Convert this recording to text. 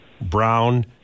Brown